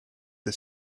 the